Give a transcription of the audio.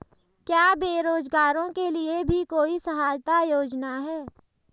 क्या बेरोजगारों के लिए भी कोई सहायता योजना है?